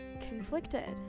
conflicted